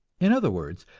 in other words,